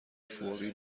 فوری